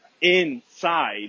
inside